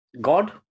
God